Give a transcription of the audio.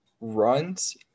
runs